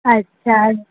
अच्छा